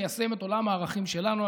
ניישם את עולם הערכים שלנו.